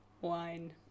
wine